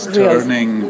turning